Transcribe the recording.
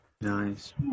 nice